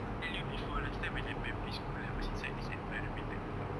I got tell you before last time when I primary school I was inside this environmental club